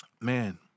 man